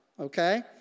Okay